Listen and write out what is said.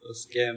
a scam